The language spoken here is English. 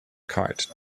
kite